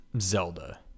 Zelda